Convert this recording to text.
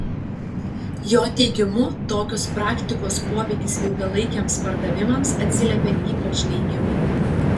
jo teigimu tokios praktikos poveikis ilgalaikiams pardavimams atsiliepia ypač neigiamai